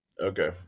Okay